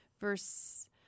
verse